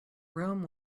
rome